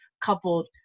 coupled